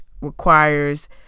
requires